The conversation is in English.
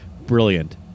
brilliant